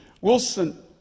Wilson